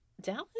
Dallas